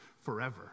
forever